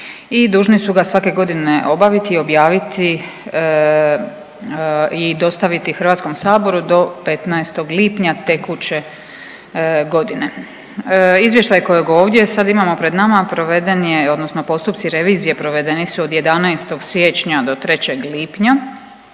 dužni su ga svake godine obaviti, objaviti i dostaviti Hrvatskom saboru do 15. lipnja tekuće godine. Izvještaj kojeg ovdje sad imamo pred nama proveden je, odnosno postupci revizije provedeni su od 11. siječnja do 3 lipnja